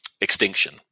extinction